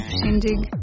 Shindig